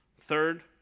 Third